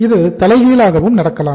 இது தலைகீழாகவும் நடக்கலாம்